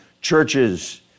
churches